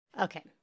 Okay